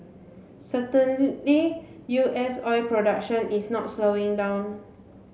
certainly U S oil production is not slowing down